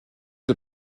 des